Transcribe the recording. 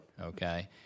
okay